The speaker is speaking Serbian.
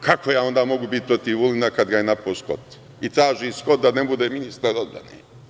Kako ja onda mogu biti protiv Vulina, kada ga je napao Skot i traži Skot da ne bude ministar odbrane.